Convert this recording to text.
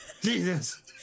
Jesus